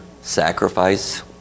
sacrifice